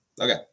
Okay